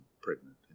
pregnant